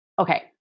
Okay